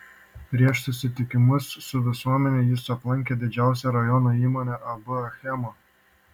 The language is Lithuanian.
prieš susitikimus su visuomene jis aplankė didžiausią rajono įmonę ab achema